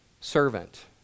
servant